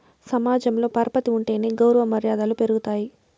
సమాజంలో పరపతి ఉంటేనే గౌరవ మర్యాదలు పెరుగుతాయి